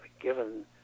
given